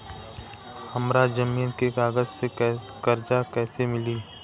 हमरा जमीन के कागज से कर्जा कैसे मिली?